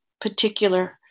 particular